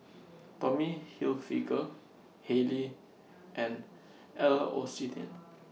Tommy Hilfiger Haylee and L'Occitane